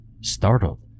Startled